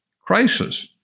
crisis